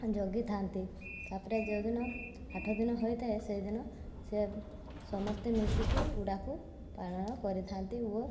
ଜଗିଥାନ୍ତି ତା'ପରେ ଯେଉଁ ଦିନ ଆଠ ଦିନ ହୋଇଥାଏ ସେଇଦିନ ସିଏ ସମସ୍ତେ ମିଶିକି ଉଡ଼ାକୁ ପାଳନ କରିଥାନ୍ତି ଓ